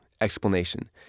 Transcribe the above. Explanation